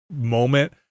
moment